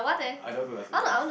I don't go Las Vegas